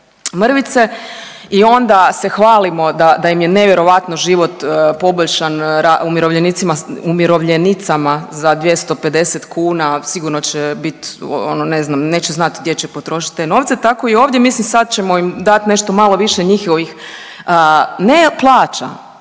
mrvice i onda se hvalimo da im je nevjerojatno život poboljšan umirovljenicama za 250 kuna sigurno će bit ono ne znam neće znat gdje će potrošit te novce, tako i ovdje mislim sad ćemo im dat nešto malo više njihovih ne plaća